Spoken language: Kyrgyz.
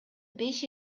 беш